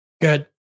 good